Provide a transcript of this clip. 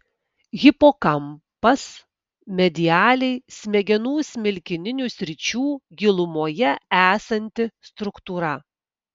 hipokampas medialiai smegenų smilkininių sričių gilumoje esanti struktūra